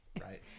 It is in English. Right